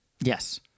Yes